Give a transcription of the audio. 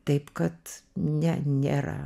taip kad ne nėra